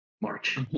March